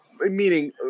Meaning